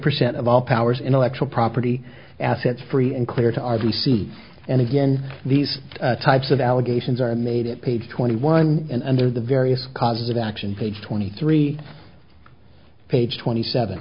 percent of all powers intellectual property assets free and clear to argue c and again these types of allegations are made at page twenty one and under the various causes of action page twenty three page twenty seven